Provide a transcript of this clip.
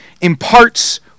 imparts